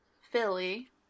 Philly